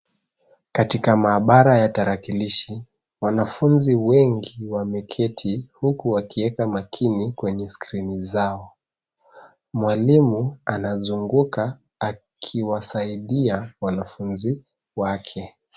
Katika maabara ya tarakilishi, wanafunzi wengi wameketi huku wakieka makini kwenye skrini zao. Mwalimu anazunguka akiwasaidia wanafunzi wake.